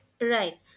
right